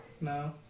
No